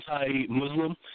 anti-Muslim